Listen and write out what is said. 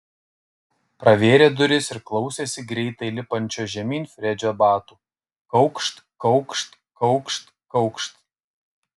pravėrė duris ir klausėsi greitai lipančio žemyn fredžio batų kaukšt kaukšt kaukšt kaukšt